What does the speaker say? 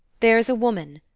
there is a woman,